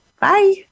Bye